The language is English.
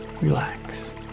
relax